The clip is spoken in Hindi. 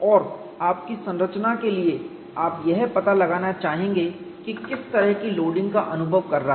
और आपकी संरचना के लिए आप यह पता लगाना चाहेंगे कि यह किस तरह की लोडिंग का अनुभव कर रहा है